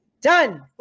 Done